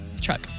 truck